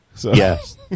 yes